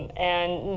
and,